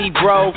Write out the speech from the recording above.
bro